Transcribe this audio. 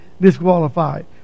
disqualified